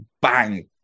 Bang